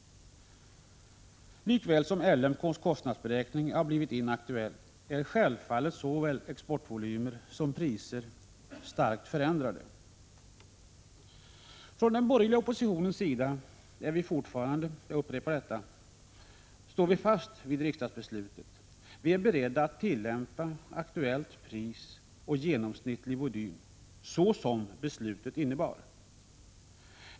Lika väl som LMK:s kostnadsberäkning har blivit inaktuell har självfallet såväl exportvolymer som priser starkt förändrats. Från den borgerliga oppositionens sida står vi fortfarande, jag upprepar detta, fast vid riksdagsbeslutet. Vi är beredda att tillämpa aktuellt pris och genomsnittlig volym på det sätt som beslutet innebar.